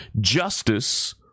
Justice